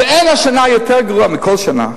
ואין השנה יותר גרועה מכל שנה,